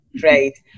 Great